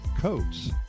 coats